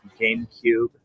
GameCube